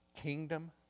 Kingdom